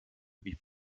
wie